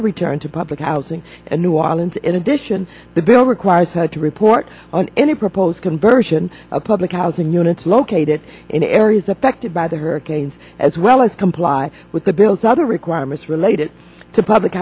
to return to public housing in new orleans in addition the bill requires her to report on any proposed conversion of public housing units located in areas affected by the hurricanes as well as comply with the bill's other requirements related to public